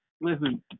listen